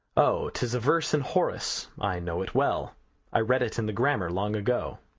o, tis a verse in horace, i know it well i read it in the grammar long ago.